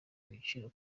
ibiciro